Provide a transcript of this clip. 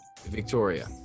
Victoria